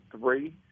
three